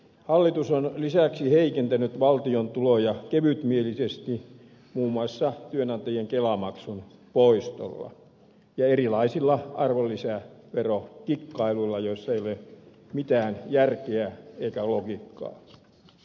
hallitus on lisäksi heikentänyt valtion tuloja kevytmielisesti muun muassa työnantajien kelamaksun poistolla ja erilaisilla arvonlisäverokikkailuilla joissa ei ole mitään järkeä eikä logiikkaa